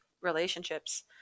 relationships